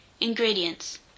Ingredients